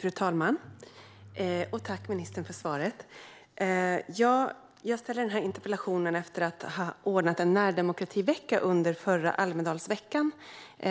Fru talman! Jag tackar ministern för svaret. Jag ställde denna interpellation efter att ha anordnat en närdemokrativecka under förra Almedalsveckan,